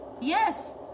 Yes